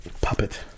Puppet